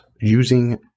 using